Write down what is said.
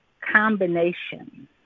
combination